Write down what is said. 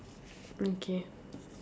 okay